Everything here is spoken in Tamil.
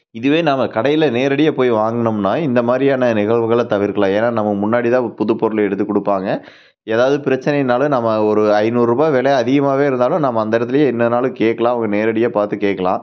இதுவே நம்ம கடையில் நேரடியாக போய் வாங்குனோம்னா இந்த மாதிரியான நிகழ்வுகளை தவிர்க்கலாம் ஏன்னா நம்ம முன்னாடி தான் புது பொருள் எடுத்து கொடுப்பாங்க ஏதாவது பிரச்சனைனாலும் நம்ம ஒரு ஐநூறுரூபா வெலை அதிகமாகவே இருந்தாலும் நம்ம அந்த இடத்துலையே என்னனாலும் கேட்கலாம் நேரடியாக பார்த்து கேட்கலாம்